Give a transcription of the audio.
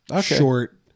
short